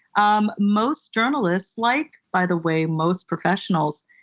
um most journalists, like, by the way, most professionals,